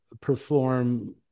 perform